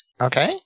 Okay